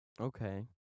Okay